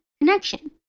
connection